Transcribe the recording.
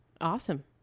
awesome